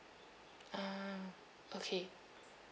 ah okay